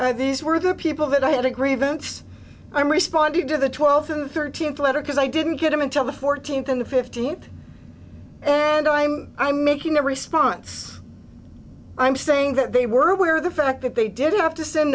i these were the people that i had a grievance i responded to the twelfth and thirteenth letter because i didn't get them until the fourteenth on the fifteenth and i'm i'm making a response i'm saying that they were aware of the fact that they didn't have to send